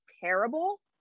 terrible